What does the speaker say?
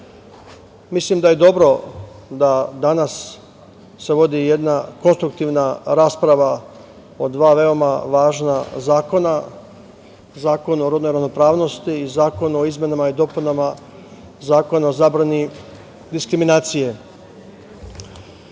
mislim da je dobro da danas se vodi jedna konstruktivna rasprava o dva veoma važna zakona, Zakon o rodnoj ravnopravnosti i Zakon o izmenama i dopunama Zakona o zabrani diskriminacije. Slažem